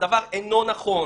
הדבר אינו נכון